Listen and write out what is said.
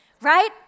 right